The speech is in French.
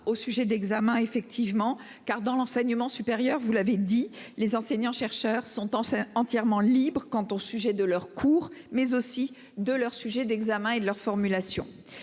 aux sujets d'examen effectivement. Car dans l'enseignement supérieur, vous l'avez dit les enseignants-chercheurs sont en fait entièrement libre. Quant au sujet de leur cours mais aussi de leurs sujets d'examen et leur formulation.